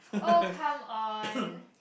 oh come on